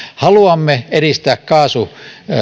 haluamme edistää kaasun